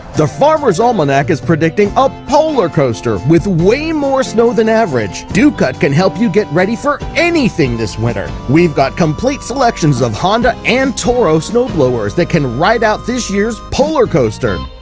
the farmer's almanac is predicting a polar coaster with way more snow than average dew cut can help you get ready for anything this winter. we've got complete selections of honda and toro snow blowers that can ride out this year's polar coaster